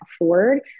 afford